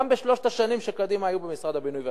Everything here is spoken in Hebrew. גם לא בשלוש השנים שקדימה היו במשרד הבינוי והשיכון.